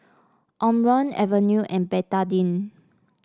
Omron Avene and Betadine